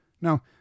Now